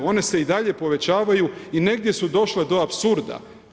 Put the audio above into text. One se i dalje povećavaju i negdje su došle do apsurda.